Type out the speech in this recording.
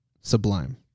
Sublime